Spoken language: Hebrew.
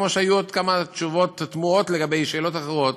כמו שהיו עוד כמה תשובות תמוהות על שאלות אחרות.